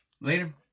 Later